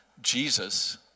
jesus